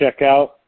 checkout